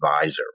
advisor